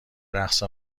رقص